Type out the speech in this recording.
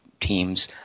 teams –